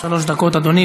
שלוש דקות, אדוני.